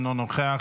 אינו נוכח,